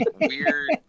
weird